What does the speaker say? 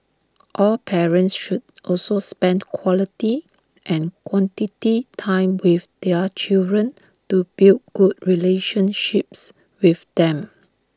all parents should also spend quality and quantity time with their children to build good relationships with them